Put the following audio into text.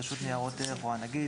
רשות ניירות ערך או הנגיד,